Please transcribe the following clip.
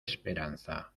esperanza